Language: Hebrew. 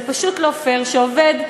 זה פשוט לא פייר שעובד,